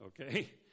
okay